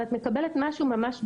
אבל את מקבלת משהו ממש דומה.